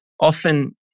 often